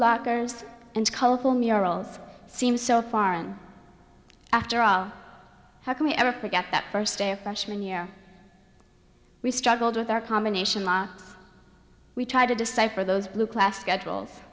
lockers and colorful murals seem so foreign after all how can we ever forget that first day of freshman year we struggled with our combination locks we try to decipher those blue class schedules